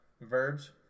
verbs